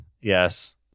yes